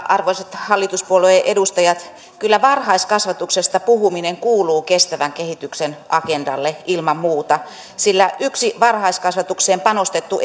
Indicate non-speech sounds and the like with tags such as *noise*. arvoisat hallituspuolueiden edustajat kyllä varhaiskasvatuksesta puhuminen kuuluu kestävän kehityksen agendalle ilman muuta sillä yksi varhaiskasvatukseen panostettu *unintelligible*